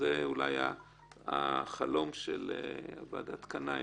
זה היה החלום של ועדת קנאי,